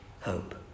hope